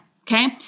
Okay